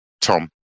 tom